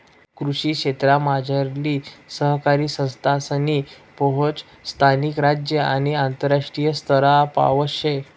कृषी क्षेत्रमझारली सहकारी संस्थासनी पोहोच स्थानिक, राज्य आणि आंतरराष्ट्रीय स्तरपावत शे